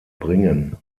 bringen